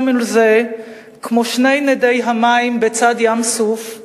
מול זה כמו שני נדי המים בצד ים-סוף,